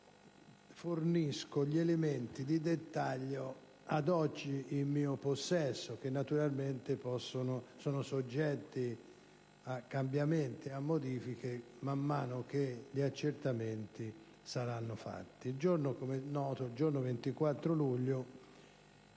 fornisco gli elementi di dettaglio ad oggi in mio possesso, che naturalmente sono soggetti a cambiamenti e modifiche, man mano che gli accertamenti saranno fatti. Come noto, il giorno 24 luglio,